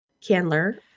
Candler